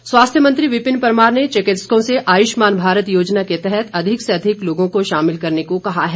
परमार स्वास्थ्य मंत्री विपिन परमार ने चिकित्सकों से आयुष्मान भारत योजना के तहत अधिक से अधिक लोगों को शामिल करने को कहा है